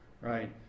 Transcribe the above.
right